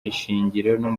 ishingiro